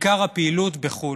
בעיקר לפעילות בחו"ל.